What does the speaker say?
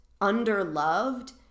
underloved